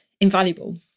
invaluable